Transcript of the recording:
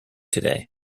today